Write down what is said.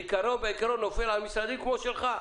בעיקרו נופל על משרדים כמו שלך,